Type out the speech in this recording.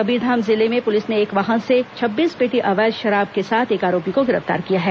कबीरधाम जिले में पुलिस ने एक वाहन से छब्बीस पेटी अवैध शराब के साथ एक आरोपी को गिरफ्तार किया है